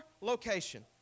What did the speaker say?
location